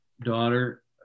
daughter